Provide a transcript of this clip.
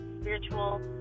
spiritual